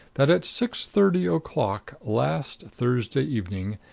that at six-thirty o'clock last thursday evening,